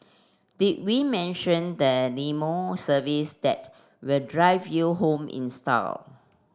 did we mention the limo service that will drive you home in style